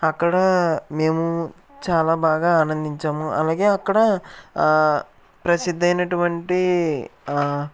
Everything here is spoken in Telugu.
అక్కడా మేము చాలా బాగా ఆనందించాము అలాగే అక్కడ ప్రసిద్దైనటువంటీ